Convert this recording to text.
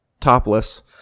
topless